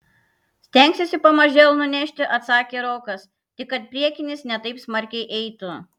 stengsiuosi pamažėl nunešti atsakė rokas tik kad priekinis ne taip smarkiai eitų